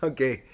Okay